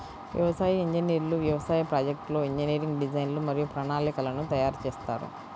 వ్యవసాయ ఇంజనీర్లు వ్యవసాయ ప్రాజెక్ట్లో ఇంజనీరింగ్ డిజైన్లు మరియు ప్రణాళికలను తయారు చేస్తారు